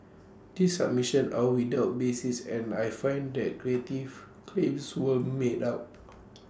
these submissions are without basis and I find that creative's claims were made out